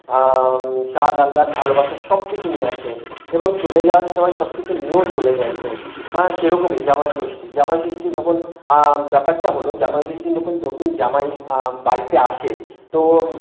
স্বাদ আহ্লাদ ভালোবাসা সব কিছু নিয়ে আসে এবং চলে যাওয়ার সময় সব কিছু নিয়েও চলে যাচ্ছে সেরকমই জামাই ষষ্ঠী জামাই ষষ্ঠী ব্যাপারটা হলো জামাই ষষ্ঠী যখন নতুন জামাই বাড়িতে আসে তো